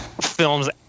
films